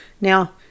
now